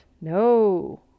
No